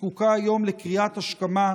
זקוקה היום לקריאת השכמה.